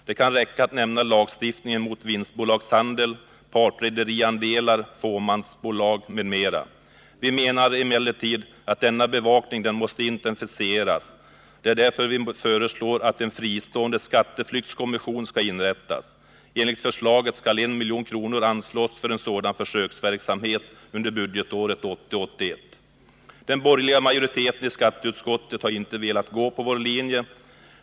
Det kan räcka att nämna lagstiftningen mot vinstbolagshandel, partrederiandelar, fåmansbolag m.m. Vi menar emellertid att denna bevakning måste intensifieras. Det är därför vi föreslår att en fristående skatteflyktskommission skall inrättas. Enligt förslaget skall 1 milj.kr. anslås för en sådan försöksverksamhet under budgetåret 1980/81. Den borgerliga majoriteten i skatteutskottet har inte velat gå på vår linje.